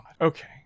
okay